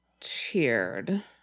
cheered